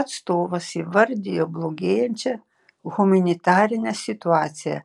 atstovas įvardijo blogėjančią humanitarinę situaciją